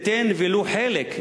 תיתן ולו חלק,